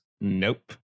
Nope